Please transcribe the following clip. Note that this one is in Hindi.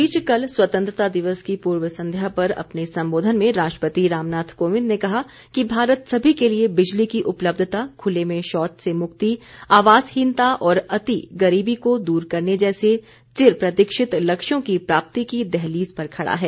इस बीच कल स्वंतत्रता दिवस की पूर्व संध्या पर अपने संबोधन में राष्ट्रपति रामनाथ कोविंद ने कहा कि भारत सभी के लिए बिजली की उपलब्यता खुले में शौच से मुक्ति आवास हीनता और अति गरीबी को दूर करने जैसे चिर प्रतीक्षित लक्ष्यों की प्राप्ति की दहलीज पर खड़ा है